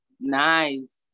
Nice